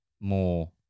more